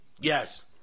Yes